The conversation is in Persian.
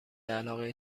علاقه